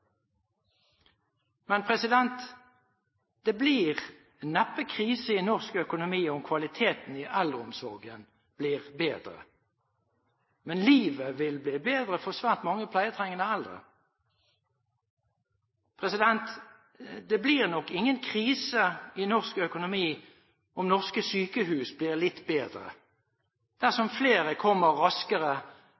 Men det blir neppe krise i norsk økonomi om kvaliteten i eldreomsorgen blir bedre. Men livet vil bli bedre for svært mange pleietrengende eldre. Det blir nok ingen krise i norsk økonomi om norske sykehus blir litt bedre. Dersom